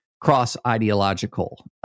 cross-ideological